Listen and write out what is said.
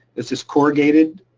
it's just corrugated